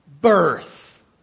Birth